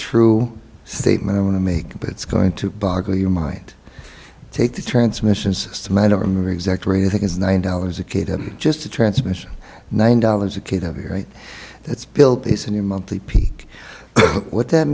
true statement i want to make but it's going to boggle your mind take the transmission system i don't remember exactly the thing is nine dollars a kid i'm just a transmission nine dollars a kid have a right that's built this in your monthly peak what that